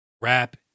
rap